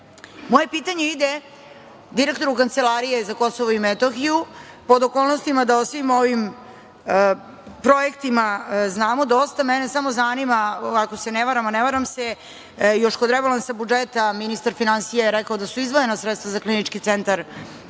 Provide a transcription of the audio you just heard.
pitanje ide direktoru Kancelarije za Kosovo i Metohiju, pod okolnostima da o svim ovih projektima znamo dosta. Mene samo zanima, ako se ne varam, a ne varam se, još kod rebalansa budžeta ministar finansija je rekao da su izdvojena sredstva za klinički centar